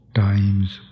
times